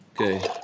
Okay